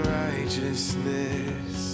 righteousness